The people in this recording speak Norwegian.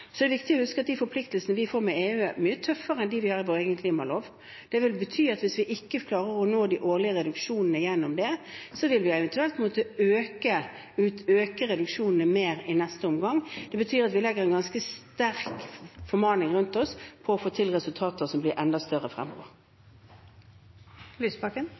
Så er det viktig å huske at de forpliktelsene vi får med EU, er mye tøffere enn dem vi har i vår egen klimalov. Det vil bety at hvis vi ikke klarer å nå de årlige reduksjonene gjennom det, vil vi eventuelt måtte øke reduksjonene mer i neste omgang. Det betyr at vi legger en ganske sterk formaning på oss om å få til resultater som blir enda større fremover. Audun Lysbakken